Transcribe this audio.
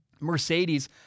Mercedes